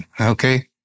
okay